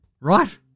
Right